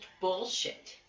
bullshit